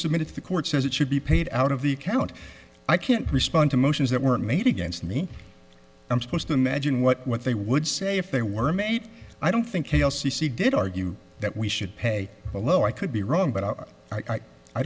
submitted to the court says it should be paid out of the account i can't respond to motions that were made against me i'm supposed to imagine what they would say if they were made i don't think you'll see she did argue that we should pay a low i could be wrong but i i